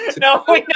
No